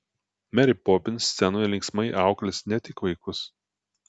merė popins scenoje linksmai auklės ne tik vaikus